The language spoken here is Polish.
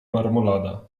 marmolada